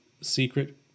secret